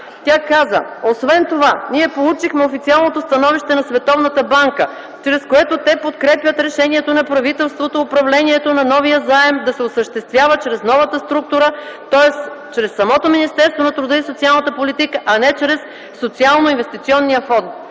Тя каза: „Освен това, ние получихме официалното становище на Световната банка, чрез което те подкрепят решението на правителството, управлението на новия заем да се осъществява чрез новата структура, тоест чрез самото Министерство на труда и социалната политика, а не чрез Социално-инвестиционния фонд.